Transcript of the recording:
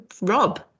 Rob